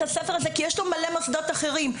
הספר הזה כי יש לו מלא מוסדות אחרים,